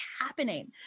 happening